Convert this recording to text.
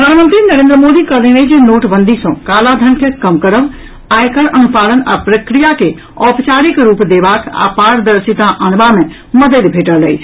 प्रधानमंत्री नरेन्द्र मोदी कहलनि अछि जे नोटबंदी सँ कालाधन के कम करब आयकर अनुपालन आ प्रक्रिया के औपचारिक रूप देबाक आ पारदर्शीता आनबा मे मददि भेटल अछि